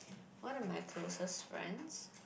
one of my closest friends